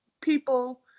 people